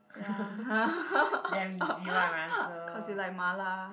ya cause you like Ma-La